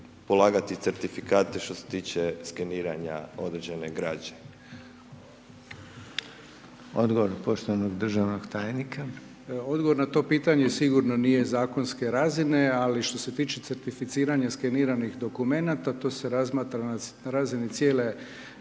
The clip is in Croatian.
državnog tajnika. **Poljičak, Ivica** Odgovor na to pitanje sigurno nije zakonske razine, ali što se tiče certificiranja skeniranih dokumenata, to se razmatra na razini cijele